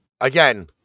Again